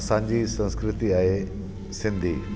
असांजी संस्कृति आहे सिंधी